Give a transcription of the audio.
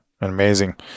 amazing